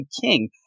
king